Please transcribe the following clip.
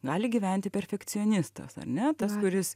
gali gyventi perfekcionistas ar ne tas kuris